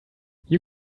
you